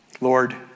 Lord